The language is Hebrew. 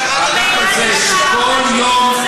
שכל יום,